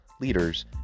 leaders